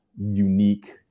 unique